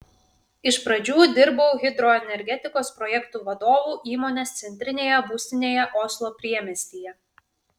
iš pradžių dirbau hidroenergetikos projektų vadovu įmonės centrinėje būstinėje oslo priemiestyje